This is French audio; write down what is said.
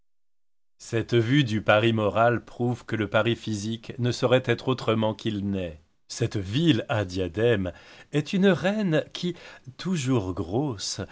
cette vue de paris moral prouve que le paris physique ne saurait être autrement qu'il n'est cette ville à diadème est une reine qui toujours grosse